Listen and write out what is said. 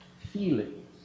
feelings